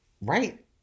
right